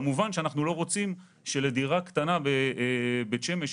כמובן שאנחנו לא רוצים שלדירה קטנה בבית שמש,